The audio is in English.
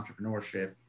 entrepreneurship